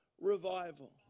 revival